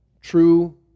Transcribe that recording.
true